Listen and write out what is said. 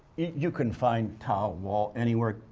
you can find tau wall anywhere.